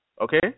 okay